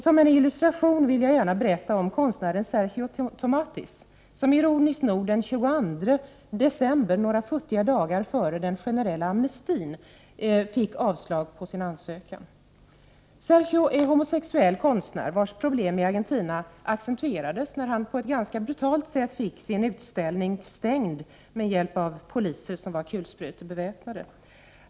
Som en illustration vill jag berätta om konstnären Sergio Tomatis som, ironiskt nog, den 22 december — några futtiga dagar före den generella amnestin — fick avslag på sin ansökan. Sergio är homosexuell konstnär. Hans problem i Argentina accentuerades när han på ett ganska brutalt sätt fick en utställning stängd av poliser som var beväpnade med kulsprutor.